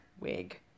Wig